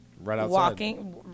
walking